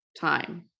time